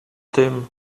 tym